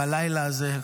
בלילה הזה,